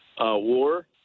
war